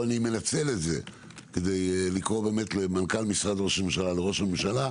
אני מנצל את זה כדי לגרום למנכ"ל משרד ראש הממשלה ולראש הממשלה,